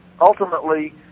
Ultimately